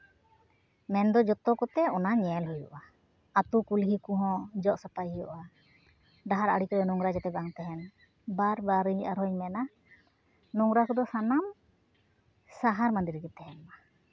ᱢᱮᱱᱫᱚ ᱡᱚᱛᱚ ᱠᱚᱛᱮ ᱚᱱᱟ ᱧᱮᱞ ᱦᱩᱭᱩᱜᱼᱟ ᱟᱹᱛᱩ ᱠᱩᱞᱦᱤ ᱠᱚᱦᱚᱸ ᱡᱚᱜ ᱥᱟᱯᱷᱟᱭ ᱦᱩᱭᱩᱜᱼᱟ ᱥᱟᱦᱟᱨ ᱟᱬᱮ ᱠᱚᱨᱮ ᱱᱳᱝᱨᱟ ᱡᱟᱛᱮ ᱵᱟᱝ ᱛᱟᱦᱮᱱ ᱵᱟᱨ ᱵᱟᱨ ᱤᱧ ᱟᱨᱦᱚᱸᱧ ᱢᱮᱱᱟ ᱱᱳᱝᱨᱟ ᱠᱚᱫᱚ ᱥᱟᱱᱟᱢ ᱥᱟᱦᱟᱨ ᱢᱟᱫᱮ ᱨᱮᱜᱮ ᱛᱟᱦᱮᱱ ᱢᱟ